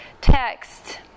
text